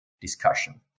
discussion